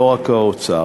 לא רק של האוצר,